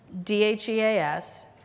DHEAS